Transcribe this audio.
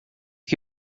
que